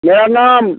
मेरा नाम